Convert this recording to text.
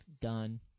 done